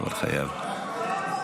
הייתי כל הזמן.